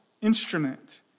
instrument